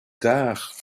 tard